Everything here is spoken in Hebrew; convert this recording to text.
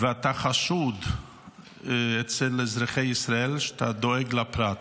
ואתה חשוד אצל אזרחי ישראל שאתה דואג לפרט.